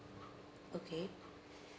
okay